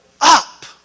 up